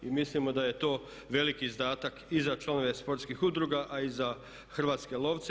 I mislimo da je to veliki izdatak i za članove sportskih udruga a i za hrvatske lovce.